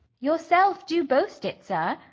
yourself do boast it, sir.